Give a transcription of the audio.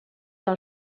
del